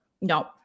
No